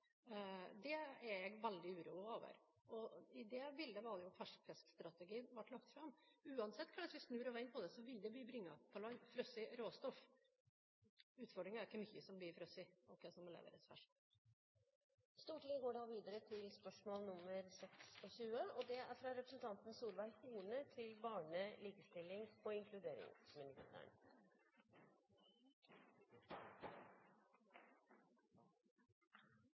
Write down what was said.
Det er jeg veldig uroet over. I det bildet var det ferskfiskstrategien ble lagt fram. Uansett hvordan vi snur og vender på det, vil det bli brakt på land frosset råstoff. Utfordringen er hvor mye som blir frosset, og hva som må leveres